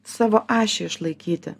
savo ašį išlaikyti